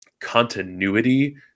continuity